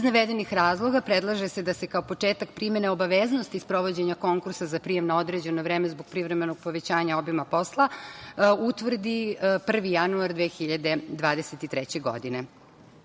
navedenih razloga, predlaže se da se kao početak primene obaveznosti sprovođenja konkursa za prijem na određeno vreme zbog privremenog povećanja obima posla utvrdi 1. januar 2023. godine. Set